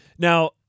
Now